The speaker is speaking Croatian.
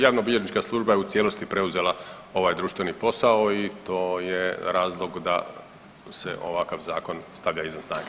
Javnobilježnička služba je u cijelosti preuzela ovaj društveni posao i to je razlog da se ovakav zakon stavlja izvan snage.